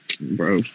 bro